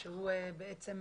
נכון.